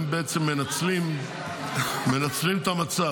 הם מנצלים את המצב.